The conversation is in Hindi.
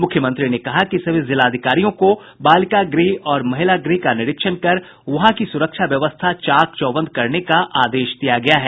मुख्यमंत्री ने कहा कि सभी जिलाधिकारियों को बालिका गृह और महिला गृह का निरीक्षण कर वहां की सुरक्षा व्यवस्था चाक चौबंद करने का आदेश दिया गया है